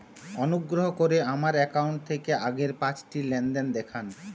অনুগ্রহ করে আমার অ্যাকাউন্ট থেকে আগের পাঁচটি লেনদেন দেখান